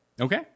okay